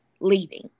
leaving